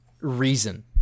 reason